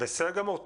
בסדר גמור.